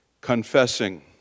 confessing